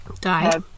die